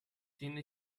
tiene